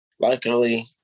Luckily